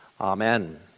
Amen